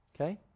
Okay